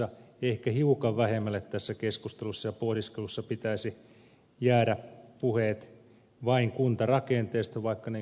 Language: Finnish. ehkä hiukan vähemmälle tässä keskustelussa ja pohdiskelussa pitäisi jäädä puheet vain kuntarakenteesta vaikka niin kuin ed